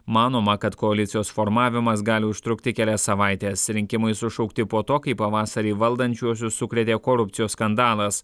manoma kad koalicijos formavimas gali užtrukti kelias savaites rinkimai sušaukti po to kai pavasarį valdančiuosius sukrėtė korupcijos skandalas